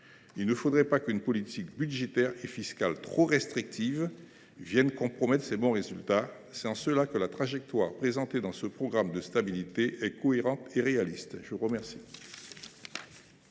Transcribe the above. Il ne faudrait pas qu’une politique budgétaire et fiscale trop restrictive vienne compromettre ces bons résultats. C’est en cela que la trajectoire présentée dans ce programme de stabilité est cohérente et réaliste. La parole